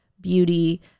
beauty